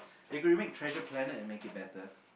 they could remake Treasure Planet and make it better